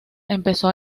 empezó